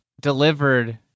delivered